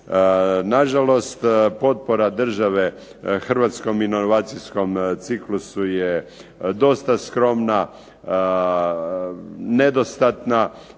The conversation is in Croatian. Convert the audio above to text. Na žalost potpora države hrvatskom inovacijskom ciklusu je dosta skromna, nedostatna,